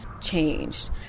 changed